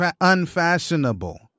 unfashionable